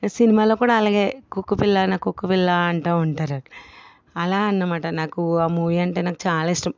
సినిమాలో కూడా అలాగే కుక్కపిల్ల కుక్కపిల్ల అంటు ఉంటారు అలా అన్నమాట నాకు ఆ మూవీ అంటే చాలా ఇష్టం